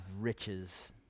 riches